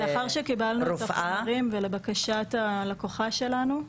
לאחר שקיבלנו את החומרים, ולבקשת הלקוחה שלנו,